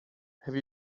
have